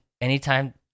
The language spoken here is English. anytime